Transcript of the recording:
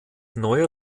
neuer